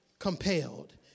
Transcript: compelled